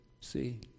See